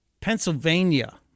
Pennsylvania